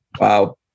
Wow